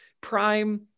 Prime